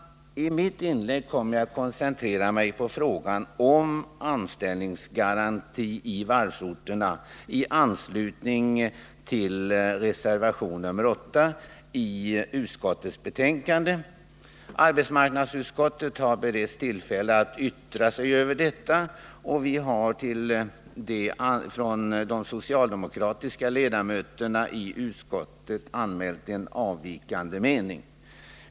I mitt inlägg kommer jag att koncentrera mig på frågan om anställningsgaranti i varvsorterna i anslutning till reservation 8 i näringsutskottets betänkande. Arbetsmarknadsutskottet har beretts tillfälle att yttra sig över detta, och vi socialdemokratiska ledamöter har anmält avvikande mening.